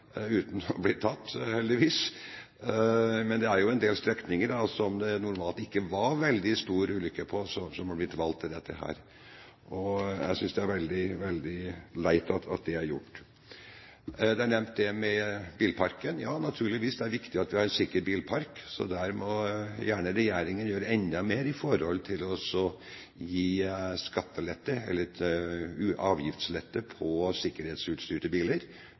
uten å bli tatt. Men det er en del strekninger som det normalt ikke var mange ulykker på, som har blitt valgt til dette, og jeg synes det er veldig leit at det er gjort. Bilparken er blitt nevnt. Naturligvis er det viktig at vi har en sikker bilpark, så regjeringen må gjerne gjøre enda mer når det gjelder å gi avgiftslette på sikkerhetsutstyr til biler.